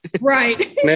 right